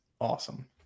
awesome